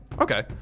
Okay